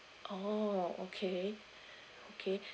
oh okay okay